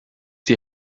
die